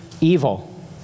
evil